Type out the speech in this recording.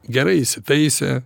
gerai įsitaisę